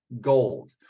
Gold